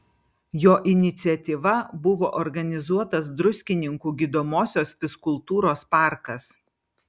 jo iniciatyva buvo organizuotas druskininkų gydomosios fizkultūros parkas